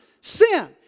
sin